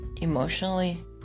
emotionally